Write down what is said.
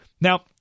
Now